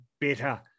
better